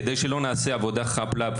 כדי שלא נעשה עבודה חאפ-לאפ,